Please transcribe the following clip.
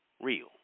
real